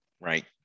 right